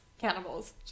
cannibals